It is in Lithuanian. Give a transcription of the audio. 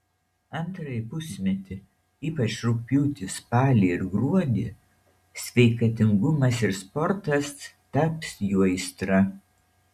antrąjį pusmetį ypač rugpjūtį spalį ir gruodį sveikatingumas ir sportas taps jų aistra